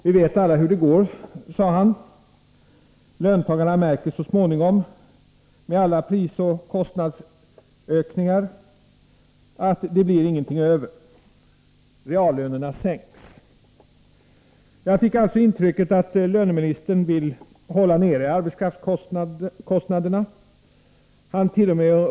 Vi vet ju hur det går, sade han. Löntagarna märker så småningom, med alla prisoch kostnadsökningar, att det inte blir någonting över. Reallönerna sänks. Jag fick alltså intrycket att löneministern vill hålla nere arbetskraftskostnaderna.